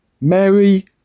Mary